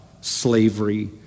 slavery